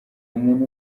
umuntu